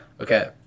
Okay